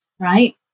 right